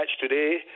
today